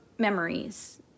memories